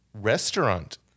restaurant